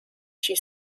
she